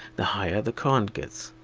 the higher the current gets.